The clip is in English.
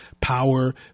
power